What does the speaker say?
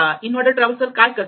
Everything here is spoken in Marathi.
इनऑर्डर ट्रॅव्हल्सल काय करते